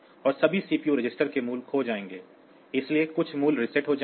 और सभी CPU register के मूल्य खो जाएंगे इसलिए कुछ मूल्य रीसेट हो जाएंगे